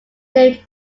named